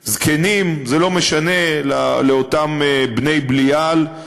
זקנים, זה לא משנה לאותם בני בליעל,